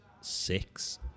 six